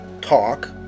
talk